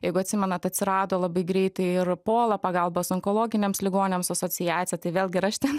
jeigu atsimenat atsirado labai greitai ir pola pagalbos onkologiniams ligoniams asociacija tai vėlgi ir aš ten